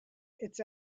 its